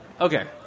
Okay